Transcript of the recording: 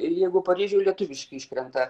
jeigu paryžiuj lietuviški iškrenta